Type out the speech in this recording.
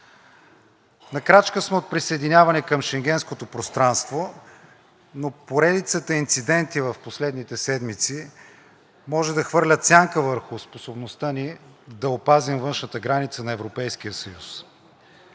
На крачка сме от присъединяване към Шенгенското пространство, но поредицата инциденти в последните седмици може да хвърлят сянка върху способността ни да опазим външната граница на Европейския съюз.